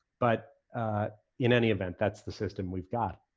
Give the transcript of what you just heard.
but in any event that's the system we've got.